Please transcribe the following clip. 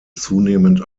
zunehmend